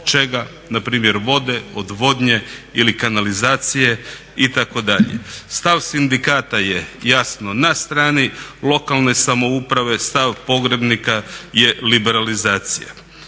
Na primjer vode, odvodnje ili kanalizacije itd. Stav sindikata je jasno na strani lokalne samouprave, stav pogrebnika je liberalizacija.